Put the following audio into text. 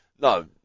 no